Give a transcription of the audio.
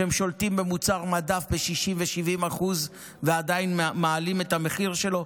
ששולטים במוצר מדף ב-60% ו-70% ועדיין מעלים את המחיר שלו?